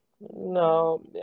No